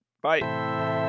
Bye